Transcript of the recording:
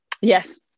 Yes